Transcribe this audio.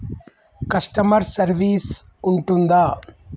Customer service ఉంటుందా?